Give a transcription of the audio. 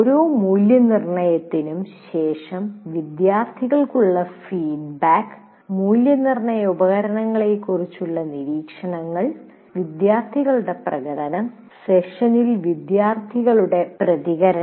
ഓരോ മൂല്യനിർണ്ണയത്തിനും ശേഷം വിദ്യാർത്ഥികൾക്കുള്ള ഫീഡ്ബാക്ക് മൂല്യനിർണ്ണയഉപകരണങ്ങളെക്കുറിച്ചുള്ള നിരീക്ഷണങ്ങൾ വിദ്യാർത്ഥികളുടെ പ്രകടനം സെഷനിൽ വിദ്യാർത്ഥികളുടെ പ്രതികരണം